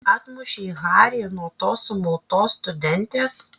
atmušei harį nuo tos sumautos studentės